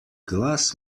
glas